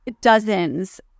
dozens